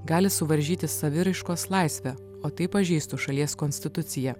gali suvaržyti saviraiškos laisvę o tai pažeistų šalies konstituciją